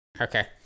okay